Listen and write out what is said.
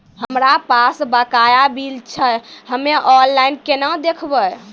हमरा पास बकाया बिल छै हम्मे ऑनलाइन केना देखबै?